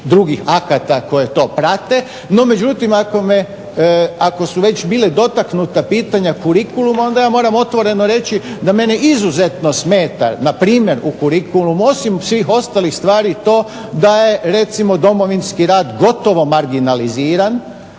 drugih akata koji to prate. No međutim, ako su već bila dotaknuta pitanja curiculluma onda ja moram otvoreno reći da mene izuzetno smeta npr. u curicullumu osim svih ostalih stvari i to da je recimo Domovinski rat gotovo marginaliziran,